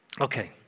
Okay